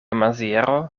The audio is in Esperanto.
maziero